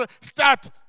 start